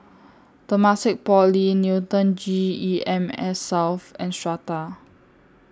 Temasek Poly Newton G E M S South and Strata